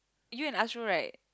you and Ashrul right